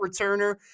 returner